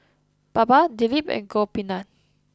Baba Dilip and Gopinath